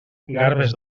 garbes